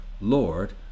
Lord